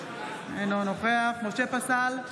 אינו נוכח משה פסל,